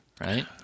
right